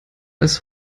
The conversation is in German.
als